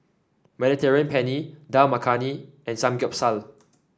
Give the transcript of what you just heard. Mediterranean Penne Dal Makhani and Samgeyopsal